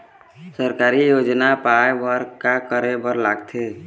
सरकारी योजना पाए बर का करे बर लागथे?